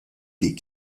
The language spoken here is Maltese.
dik